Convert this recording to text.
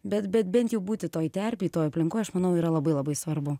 bet bet bent jau būti toj terpėj toj aplinkoj aš manau yra labai labai svarbu